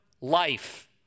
life